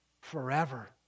forever